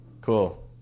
Cool